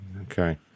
okay